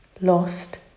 Lost